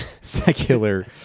secular